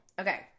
Okay